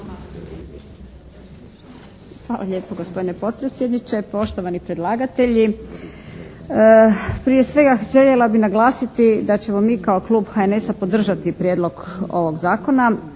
Hvala lijepo gospodine potpredsjedniče. Poštovani predlagatelji, prije svega željela bih naglasiti da ćemo mi kao klub HNS-a podržati ovaj prijedlog zakona,